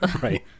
right